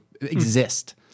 exist